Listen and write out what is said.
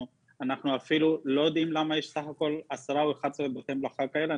אנחנו אפילו לא יודעים למה יש בסך-הכול 10 או 11 בתי מלאכה כאלה.